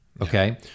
Okay